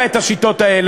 אתה הצעת את השיטות האלה.